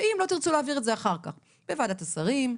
ואם לא תרצו להעביר את זה אחר כך בוועדת השרים,